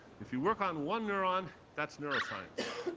if you work on one neuron, that's neuroscience.